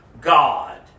God